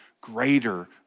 greater